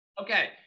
Okay